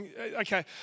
okay